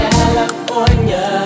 California